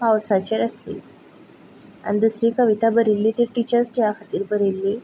पावसाचेर आसली आनी दुसरी कविता बरयल्ली ती टिचर्स डेआ खातीर बरयल्ली